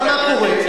אבל מה קורה?